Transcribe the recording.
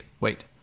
wait